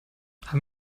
haben